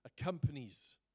accompanies